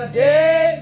day